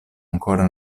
ancora